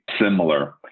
similar